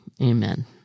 amen